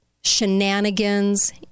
shenanigans